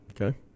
Okay